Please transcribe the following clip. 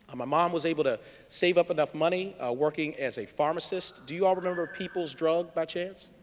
my mom was able to save up enough money working as a pharmacist do you all remember people's drug by chance?